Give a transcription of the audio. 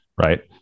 right